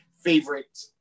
favorite